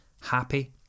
happy